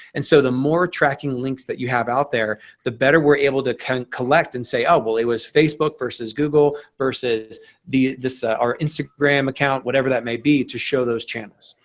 and so the more tracking links that you have out there, the better we're able to kind of collect and say, ah well it was facebook versus google versus this ah our instagram account, whatever that may be to show those channels.